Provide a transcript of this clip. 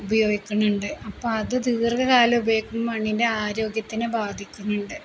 ഉപയോഗിക്കുന്നുണ്ട് അപ്പോള് അതു ദീർഘ കാലം ഉപയോഗിക്കുമ്പോള് മണ്ണിൻ്റെ ആരോഗ്യത്തിനെ ബാധിക്കുന്നുണ്ട്